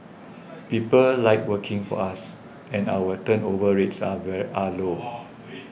people like working for us and our turnover rates are very are low